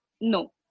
no